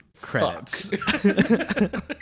Credits